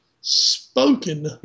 spoken